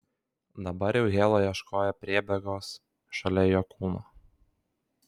dabar jau hela ieškojo priebėgos šalia jo kūno